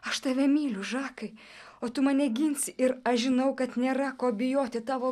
aš tave myliu žakai o tu mane ginsi ir aš žinau kad nėra ko bijoti tavo